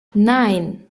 nein